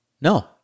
No